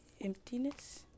Emptiness